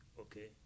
okay